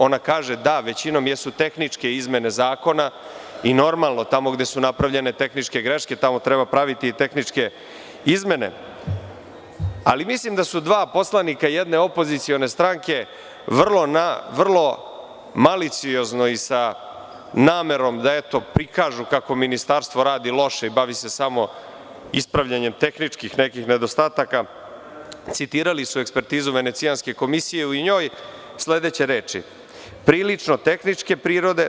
Ona kaže – da, većinom jesu tehničke izmene zakona i, normalno, tamo gde su napravljene tehničke greške, tamo treba praviti i tehničke izmene, ali mislim da su dva poslanika jedne opozicione stranke vrlo maliciozno, sa namerom da prikažu kako Ministarstvo radi loše i bavi se samo ispravljanjem nekih tehničkih nedostataka, citirali ekspertizu Venecijanske komisije i u njoj sledeće reči – prilično tehničke prirode.